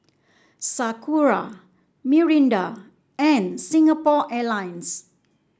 Sakura Mirinda and Singapore Airlines